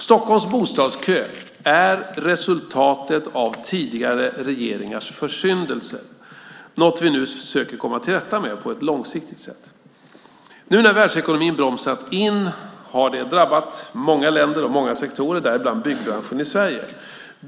Stockholms bostadskö är resultatet av tidigare regeringars försyndelser, något vi nu söker komma till rätta med på ett långsiktigt sätt. Nu när världsekonomin bromsat in har det drabbat många länder och många sektorer, däribland byggbranschen i Sverige.